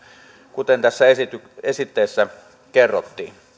kuten tässä esityksessä kerrottiin